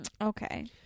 Okay